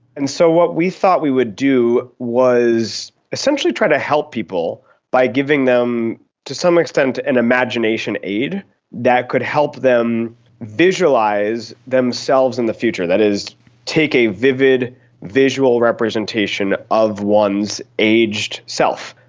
and so what we thought we would do was essentially try to help people by giving them to some extent an imagination aid that could help them visualise themselves in the future, that is take a vivid visual representation of one's aged self.